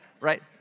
right